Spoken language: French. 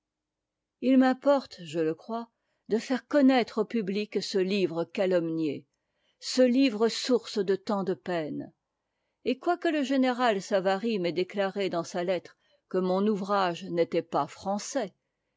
ji m'importe je le crois de faire connaître au public ce livre calomnié ce livre source de tant dé peines et quoique le général savary m'ait déclaré dans sa lettre que mon ouvrage n'était pas français